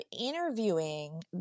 interviewing